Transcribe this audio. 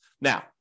Now